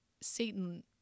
Satan